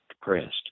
depressed